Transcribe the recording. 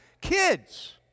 kids